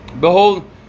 Behold